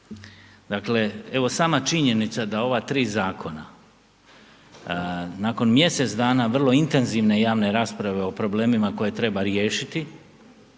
Dakle evo sama činjenica da ova tri zakona nakon mjesec dana vrlo intenzivne javne rasprave o problemima koje treba riješiti